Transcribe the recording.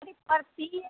अरे परती